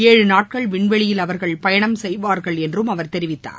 ஏழு நாட்கள் விண்வெளியில் அவர்கள் பயணம் செய்வார்கள் என்றும் அவர் தெரிவித்தார்